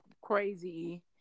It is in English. crazy